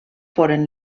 foren